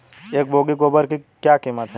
एक बोगी गोबर की क्या कीमत है?